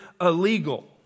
illegal